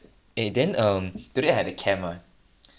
eh then err today I had a camp [what]